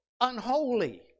unholy